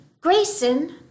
Grayson